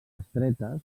estretes